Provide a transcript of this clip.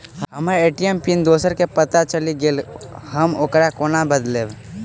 हम्मर ATM pin दोसर केँ पत्ता चलि गेलै, हम ओकरा कोना बदलबै?